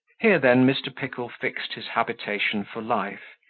here then mr. pickle fixed his habitation for life,